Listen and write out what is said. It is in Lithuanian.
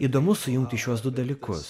įdomu sujungti šiuos du dalykus